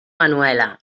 manuela